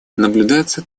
наблюдается